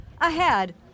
Ahead